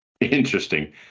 Interesting